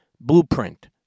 blueprint